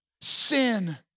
Sin